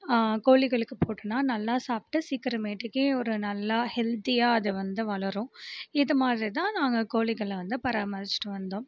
கோழிகளுக்கு போட்டோம்னால் நல்லா சாப்பிட்டு சீக்கிரமேட்டுக்கே ஒரு நல்லா ஹெல்த்தியா அது வந்து வளரும் இது மாதிரி தான் நாங்கள் கோழிகளை வந்து பராமரித்திட்டு வந்தோம்